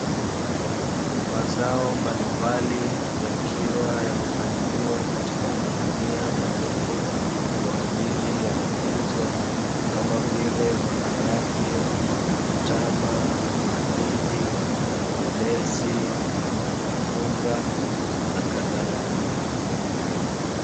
Mazao mbalimbali yakiwa yamepangiliwa katika magunia marefu kwa ajili ya kuuzwa kama vile: maharage, mtama, mahindi, ulezi, mpunga na kadhalika.